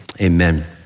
amen